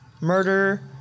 murder